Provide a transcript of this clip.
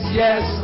yes